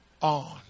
on